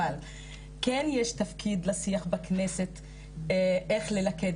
אבל כן יש תפקיד לשיח בכנסת איך ללכד